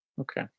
Okay